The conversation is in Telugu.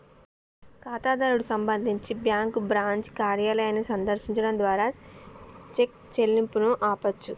ఖాతాదారుడు సంబంధించి బ్యాంకు బ్రాంచ్ కార్యాలయాన్ని సందర్శించడం ద్వారా చెక్ చెల్లింపును ఆపొచ్చు